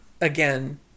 Again